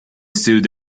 stood